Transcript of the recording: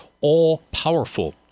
all-powerful